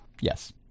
Yes